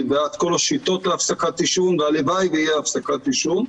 אני בעד כל השיטות להפסקת עישון והלוואי ויהיה הפסקת עישון,